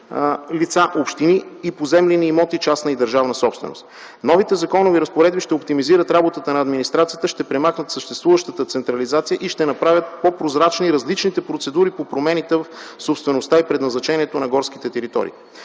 лица, общини и поземлени имоти – частна и държавна собственост. Новите законови разпоредби ще оптимизират работата на администрацията, ще премахнат съществуващата централизация и ще направят по-прозрачни различните процедури по промените в собствеността и предназначението на горските територии.